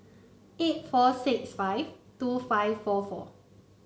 eight four six five two five four four